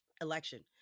election